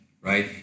Right